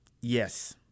Yes